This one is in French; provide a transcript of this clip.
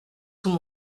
sous